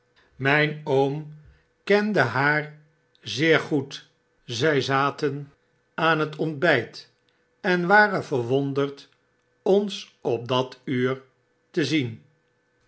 armen bloedverwant kende haar zeer goed zy zaten aan het ontbyt en waren verwonderd ons op dat uur te zien